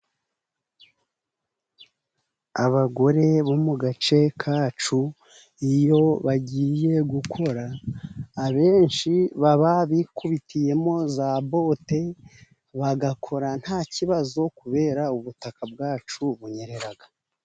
Abagore bo mu gace kacu iyo bagiye gukora , abenshi baba bikubitiyemo za bote , bagakora nta kibazo kubera ubutaka bwacu bunyerera.